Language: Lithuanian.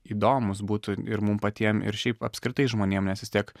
įdomūs būtų ir mum patiem ir šiaip apskritai žmonėm nes vis tiek